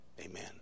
amen